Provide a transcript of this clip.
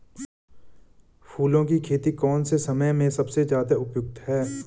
फूलों की खेती कौन से समय में सबसे ज़्यादा उपयुक्त है?